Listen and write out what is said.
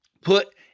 put